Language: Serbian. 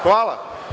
Hvala.